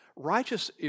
Righteous